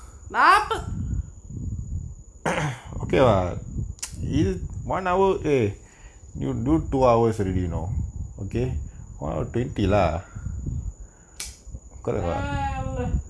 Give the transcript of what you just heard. நாப்பது:naapathu ah lah